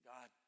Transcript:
God